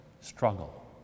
struggle